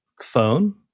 phone